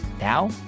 Now